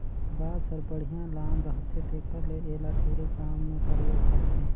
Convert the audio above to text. बांस हर बड़िहा लाम रहथे तेखर ले एला ढेरे काम मे परयोग करथे